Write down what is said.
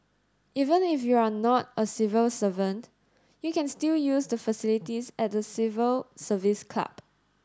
even if you are not a civil servant you can still use the facilities at the Civil Service Club